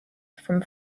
from